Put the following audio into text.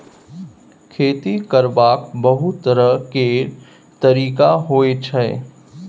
खेती करबाक बहुत तरह केर तरिका होइ छै